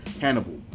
Hannibal